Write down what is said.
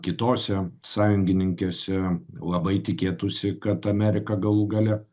kitose sąjungininkėse labai tikėtųsi kad amerika galų gale